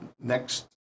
next